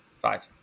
Five